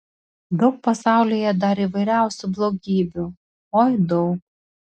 daug pasaulyje dar įvairiausių blogybių oi daug